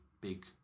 big